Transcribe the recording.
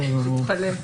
יפה.